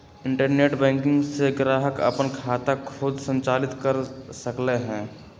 internet banking से ग्राहक अप्पन खाता खुद संचालित कर सकलई ह